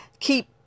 keep